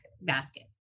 basket